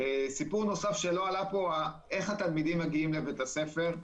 נושא נוסף שלא עלה כאן הוא איך התלמידים מגיעים לבית הספר.